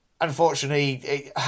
Unfortunately